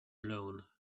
alone